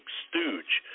stooge